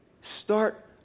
Start